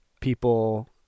people